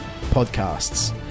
Podcasts